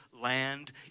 land